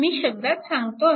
मी शब्दात सांगतो आहे